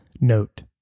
Note